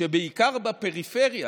שבעיקר בפריפריה